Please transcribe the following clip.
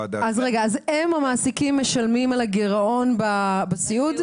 המעסיקים משלמים על הגירעון בסיעוד?